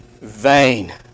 vain